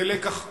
זה לקח מעשי,